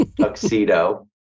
tuxedo